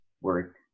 work